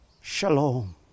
Shalom